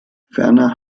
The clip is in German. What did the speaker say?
ferner